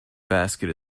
basket